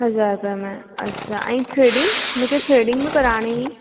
हज़ार रुपये में अच्छा ऐं थ्रेडिंग मूंखे थ्रेडिंग बि कराइणी हुई